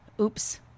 oops